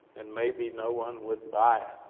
and maybe no one would buy